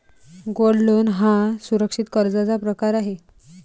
gold loan हा सुरक्षित कर्जाचा प्रकार आहे